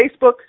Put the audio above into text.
Facebook